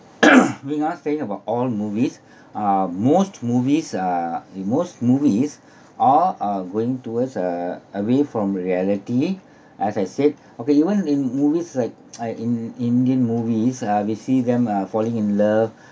we aren't saying about all movies uh most movies uh in most movies are uh going towards a away from reality as I said okay even in movies like I in indian movies uh we see them uh falling in love